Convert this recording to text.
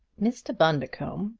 mr. bundercombe,